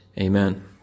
amen